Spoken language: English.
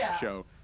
show